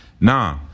Nah